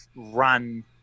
run